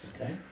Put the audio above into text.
Okay